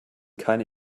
keine